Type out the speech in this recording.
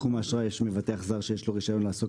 בתחום האשראי יש מבטח זר שיש לו רישיון לעסוק